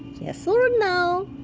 yes or no,